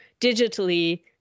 digitally